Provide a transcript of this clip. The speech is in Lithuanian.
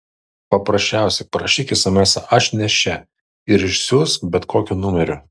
paprasčiausiai parašyk esemesą aš nėščia ir išsiųsk bet kokiu numeriu